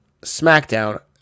SmackDown